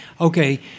okay